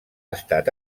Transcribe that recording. estat